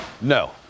No